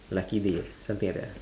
lucky day something like that ah